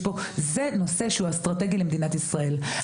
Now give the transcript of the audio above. זה נושא אסטרטגי למדינת ישראל.